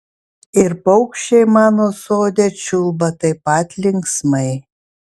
ir paukščiai mano sode čiulba taip pat linksmai